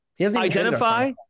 Identify